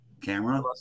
camera